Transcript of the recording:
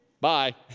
Bye